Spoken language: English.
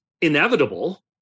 inevitable